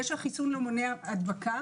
זה שהחיסון לא מונע הדבקה